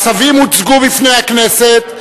הצווים הוצגו בפני הכנסת,